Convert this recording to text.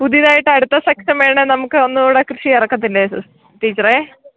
പുതിയതായിട്ട് അടുത്ത സെക്ഷൻ വേണേൽ നമുക്ക് ഒന്നും കൂടെ കൃഷി ഇറക്കത്തില്ലേ സിസ് ടീച്ചറെ